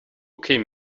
kämen